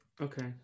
Okay